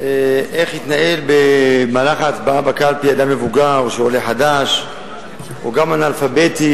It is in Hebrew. איך יתנהל במהלך ההצבעה בקלפי אדם מבוגר או עולה חדש או גם אנאלפבית,